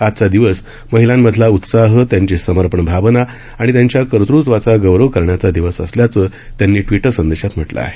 आजचा दिवस महिलांमधला उत्साह त्यांची समर्पण भावना आणि त्यांच्या कर्तत्वाचा गौरव करण्याचा दिवस असल्याचं त्यांनी आपल्या ट्विटर संदेशात म्हटलं आहे